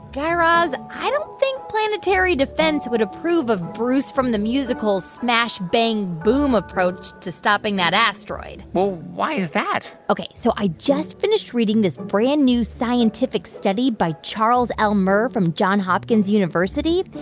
guy raz, i don't think planetary defense would approve of bruce from the musical's smash, bang, boom approach to stopping that asteroid well, why is that? ok. so i just finished reading this brand-new scientific study by charles el mir from johns hopkins university.